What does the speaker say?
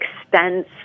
expense